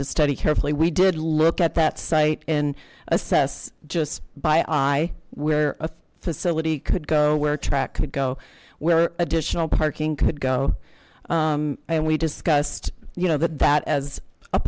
to study carefully we did look at that site in assess just by i where a facility could go where track could go where additional parking could go and we discussed you know that that as